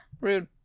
rude